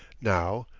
now,